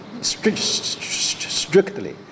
strictly